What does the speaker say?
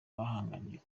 bahanganiye